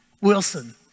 Wilson